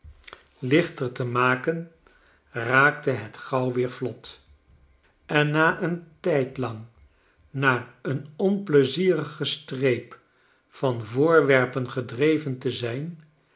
lichter te maken raakte het gauw weer vlot en na een tijdlang naar een onpleizierige streep van voorwerpen gedreven te zijn